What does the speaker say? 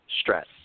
stress